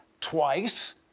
twice